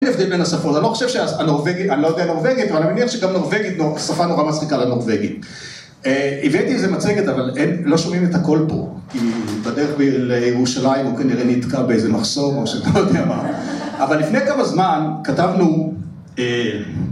‫אין הבדל בין השפות. ‫אני לא יודע נורווגית, ‫אבל אני מניח שגם נורווגית, ‫שפה נורא מצחיקה לנורווגית. ‫הבאתי איזה מצגת, ‫אבל אין, לא שומעים את הקול פה. ‫בדרך לירושלים הוא כנראה נתקע ‫באיזה מחסום או שאתה לא יודע מה. ‫אבל לפני כמה זמן כתבנו...